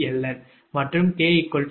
𝐿𝑁 மற்றும் 𝑘 12